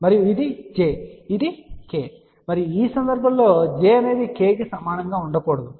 మరియు ఇది j ఇది k మరియు ఈ సందర్భంలో j అనేది k కి సమానంగా ఉండకూడదు సరే